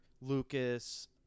Lucas